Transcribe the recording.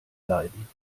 leiden